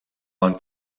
del